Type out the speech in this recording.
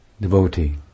devotee